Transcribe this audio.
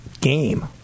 game